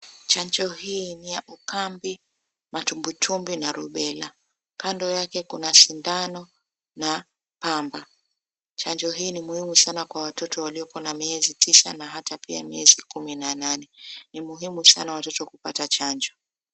Chanjo hii ni ya ukambi, matumbutumbu na rubela. Kando yake kuna sindano na pamba. Chanjo hii ni muhimu sana kwa watoto waliokuwa na miezi tisa na hata pia miezi kumi na nane. Ni muhimu sana watoto kupata chanjo.